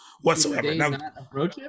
whatsoever